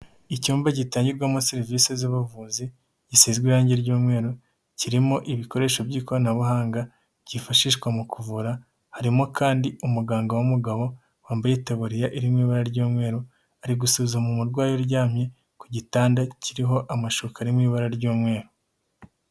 Icyumba gitangirwamo serivisi z'ubuvuzi gisizwe irangi ry'umweru, kirimo ibikoresho by'ikoranabuhanga byifashishwa mu kuvura harimo kandi umuganga w'umugabo wambaye itaburiya irimo ibara ry'umweru, ari gusuzuma umurwayi uryamye ku gitanda kiriho amashuka arimo ibara ry'umweru.